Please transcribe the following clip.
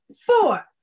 four